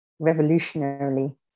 revolutionarily